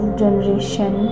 generation